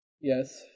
yes